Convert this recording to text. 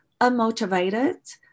unmotivated